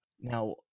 Now